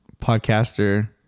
podcaster